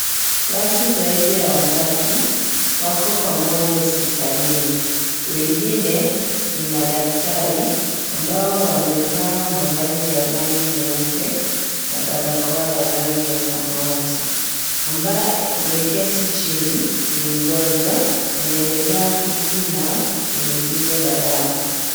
Watu zaidi ya watatu wako pamoja hospitalini wengine ni madaktari ambao wamevaa mavazi ya rangi nyeupe na barakoa ya rangi ya samawati . Ambaye ameketi chini ni mgonjwa anaendelea kupimwa shinikizo la damu.